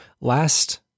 last